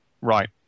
right